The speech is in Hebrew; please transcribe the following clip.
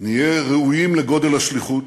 נהיה ראויים לגודל השליחות,